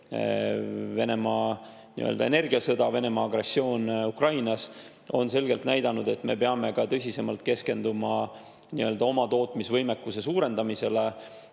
nii-öelda energiasõda, Venemaa agressioon Ukrainas, on selgelt näidanud, et me peame tõsisemalt keskenduma oma tootmisvõimekuse suurendamisele.